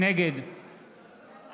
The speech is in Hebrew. נגד